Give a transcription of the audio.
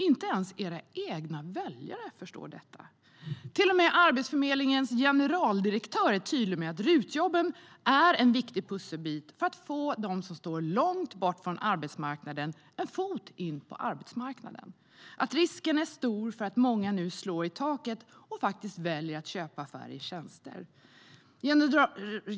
Inte ens era egna väljare förstår detta. Till och med Arbetsförmedlingens generaldirektör är tydlig med att RUT-jobben är en viktig pusselbit för att de som står långt bort från arbetsmarknaden ska få in en fot och att risken är stor för att många nu slår i taket och väljer att köpa färre tjänster.